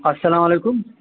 اَسلام علیکُم